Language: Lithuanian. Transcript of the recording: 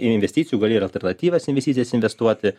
investicijų gali ir alternatyvas investicijas investuoti